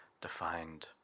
defined